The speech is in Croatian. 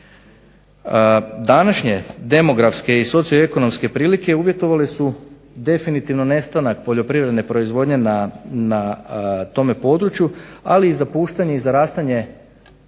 Današnje demografske i socioekonomske prilike uvjetovale su definitivno nestanak poljoprivredne proizvodnje na tom području ali i zapuštanje i zarastanje